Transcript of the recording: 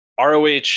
ROH